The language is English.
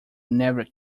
never